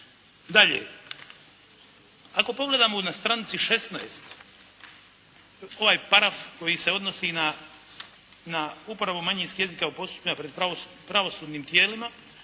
Dalje, ako pogledamo na stranici 16 ovaj paraf koji se odnosi na uporabu manjinskih jezika u … pravosudnim tijelima,